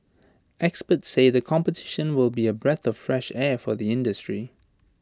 experts said the competition will be A breath the fresh air for the industry